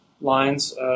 lines